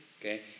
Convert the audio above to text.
okay